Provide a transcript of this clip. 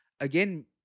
again